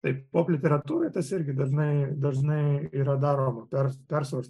taip pop literatūroj tas irgi dažnai dažnai yra daroma per persvarstoma